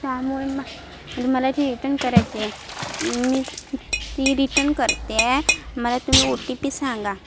त्यामुळे मग मला ती रीटन करायची आहे मी ती रिटन करते आहे मला तुम्ही ओ टी पी सांगा